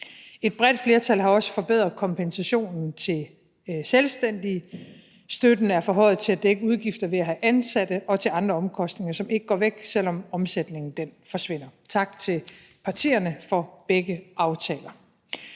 Et bredt flertal har også forbedret kompensationen til selvstændige. Støtten er forhøjet til at dække udgifter ved at have ansatte og til andre omkostninger, som ikke går væk, selv om omsætningen forsvinder. Tak til partierne for begge aftaler.